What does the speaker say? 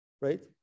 right